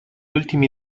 ultimi